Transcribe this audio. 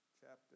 chapter